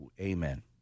Amen